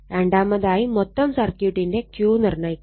രണ്ടാമതായി മൊത്തം സർക്യൂട്ടിന്റെ Q നിർണ്ണയിക്കുക